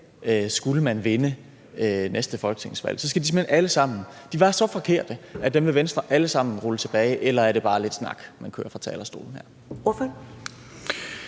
skulle man vinde næste folketingsvalg. Var de så forkerte, at dem vil Venstre alle sammen rulle tilbage, eller er det bare lidt snak, man kører her fra talerstolen? Kl.